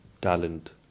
Talent